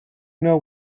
know